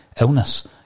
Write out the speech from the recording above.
illness